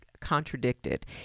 contradicted